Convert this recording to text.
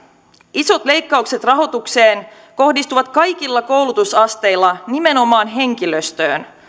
isot leikkaukset rahoitukseen kohdistuvat kaikilla koulutusasteilla nimenomaan henkilöstöön